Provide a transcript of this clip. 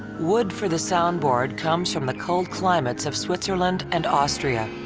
wood for the soundboard comes from the cold climates of switzerland and austria.